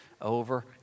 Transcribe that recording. over